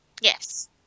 Yes